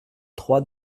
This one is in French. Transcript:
trois